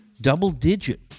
Double-digit